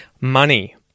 Money